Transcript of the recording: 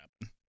happen